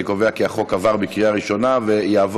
אני קובע כי הצעת החוק עברה בקריאה ראשונה ותועבר